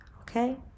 Okay